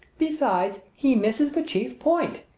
besides, he misses the chief point.